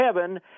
heaven